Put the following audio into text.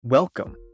Welcome